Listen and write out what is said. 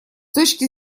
точки